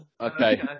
Okay